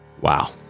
Wow